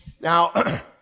Now